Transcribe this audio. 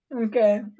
Okay